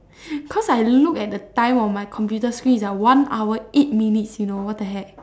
cause I look at the time on my computer screen is like one hour eight minutes you know what the heck